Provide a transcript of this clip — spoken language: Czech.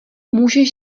můžeš